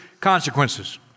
consequences